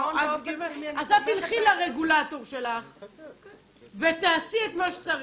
המוזיאון --- אז את תלכי לרגולטור שלך ותעשי את מה שצריך.